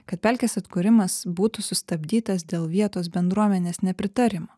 kad pelkės atkūrimas būtų sustabdytas dėl vietos bendruomenės nepritarimo